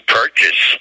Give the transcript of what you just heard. purchase